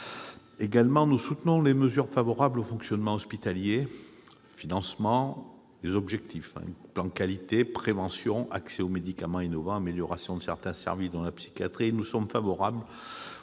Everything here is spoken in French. également les mesures favorables au fonctionnement hospitalier, relatives à son financement ou à ses objectifs : plan qualité, prévention, accès aux médicaments innovants, amélioration de certains services, dont la psychiatrie. Nous sommes favorables aux